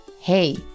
Hey